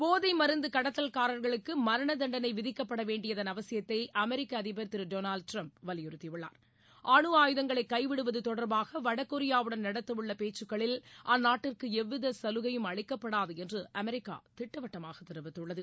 போதை மருந்து கடத்தல்காரர்களுக்கு மரண தண்டனை விதிக்கப்படவேண்டியதன் அவசியத்தை அமெரிக்க அதிபர் திரு டொனால்ட் ட்ரம்ப வலியுறுத்தி உள்ளார் அணுஆயுதங்களை கைவிடுவது தொடர்பாக வடகொரியாவுடன் நடத்தவுள்ள பேச்சுக்களில் அந்நாட்டிற்கு எவ்வித சலுகையும் அளிக்கப்படாது என்று அமெரிக்கா திட்டவட்டமாக தெரிவித்துள்ளது